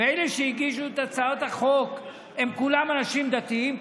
ואלה שהגישו את הצעת החוק הם כולם אנשים דתיים,